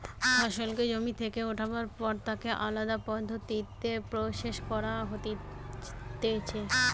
ফসলকে জমি থেকে উঠাবার পর তাকে আলদা পদ্ধতিতে প্রসেস করা হতিছে